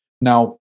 Now